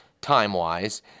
time-wise